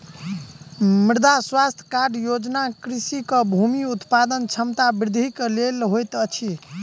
मृदा स्वास्थ्य कार्ड योजना कृषकक भूमि उत्पादन क्षमता वृद्धि के लेल होइत अछि